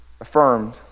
affirmed